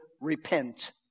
repent